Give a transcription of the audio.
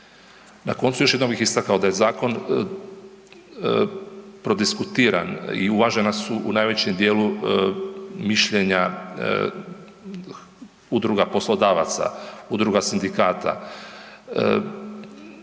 Na koncu još jednom bih istakao da je zakon prodiskutiran i uvažena su u najvećem dijelu mišljenja udruga poslodavaca, udruga sindikata,